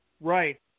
Right